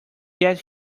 get